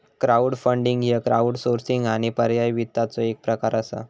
crowdfunding ह्य crowdsourcing आणि पर्यायी वित्ताचो एक प्रकार असा